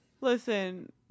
Listen